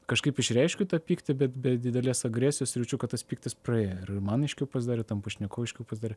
kažkaip išreiškiu tą pyktį bet be didelės agresijos ir jaučiu kad tas pyktis praėjo ir man aiškiau pasidarė tam pašnekovui aiškiau pasidarė